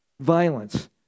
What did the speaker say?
violence